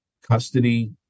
custody